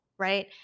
right